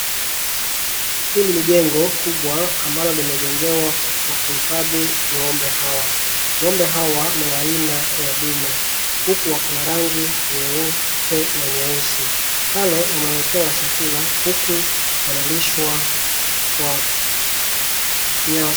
Hili ni jengo kubwa ambalo limejengewa kwa kuhifadhi ng'ombe hawa. Ng'ombe hawa ni wa aina ya ndume huku wako na rangi nyeupe na nyeusi. Pale wamewekewa chakula huku wanalishwa kwa nyasi.